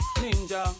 ninja